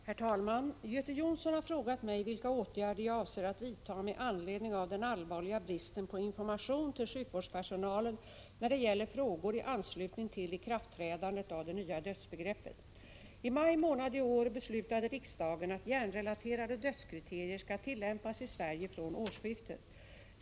Herr talman! Göte Jonsson har frågat mig vilka åtgärder jag avser att vidta med anledning av den allvarliga bristen på information till sjukvårdspersonalen när det gäller frågor i änslutning till ikraftträdandet av det nya dödsbegreppet. I maj månad i år beslutade riksdagen att hjärnrelaterade dödskriterier skall tillämpas i Sverige från årsskiftet.